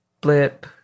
blip